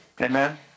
Amen